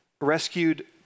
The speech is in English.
rescued